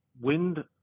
Wind